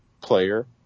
player